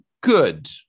good